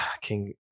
King